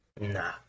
Nah